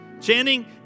chanting